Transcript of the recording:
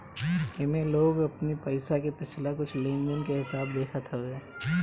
एमे लोग अपनी पईसा के पिछला कुछ लेनदेन के हिसाब देखत हवे